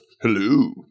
Hello